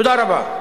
תודה רבה.